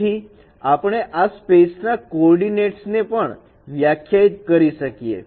તેથી આપણે આ સ્પેસ ના કોર્ડીનેટસ ને પણ વ્યાખ્યાયિત કરી શકીએ